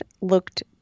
looked